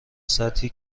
سطحی